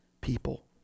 people